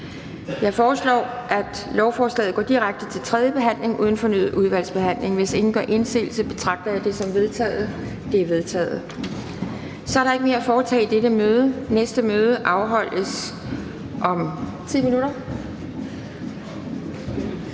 Jeg foreslår, at lovforslaget går direkte til tredje behandling uden fornyet udvalgsbehandling. Hvis ingen gør indsigelse, betragter jeg det som vedtaget. Det er vedtaget. --- Kl. 10:37 Meddelelser fra formanden Anden